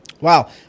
Wow